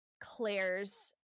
Claire's